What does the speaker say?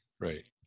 Right